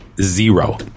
Zero